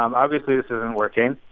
um obviously, this isn't working.